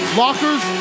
lockers